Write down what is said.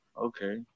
okay